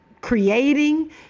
creating